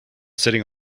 sitting